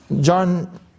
John